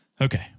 Okay